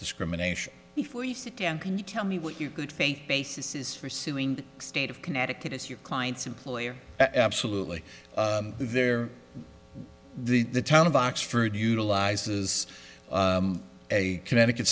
discrimination before you sit down can you tell me what you good faith basis is for suing the state of connecticut is your client's employer absolutely there the town of oxford utilizes a connecticut